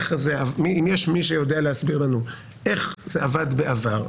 אם יש מי שיודע להסביר לנו איך זה עבד בעבר,